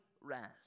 rest